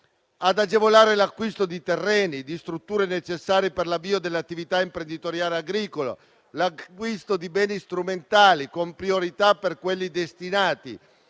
ad agevolare l'acquisto di terreni, di strutture necessarie per l'avvio dell'attività imprenditoriale agricola, di beni strumentali, con priorità per quelli destinati